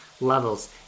levels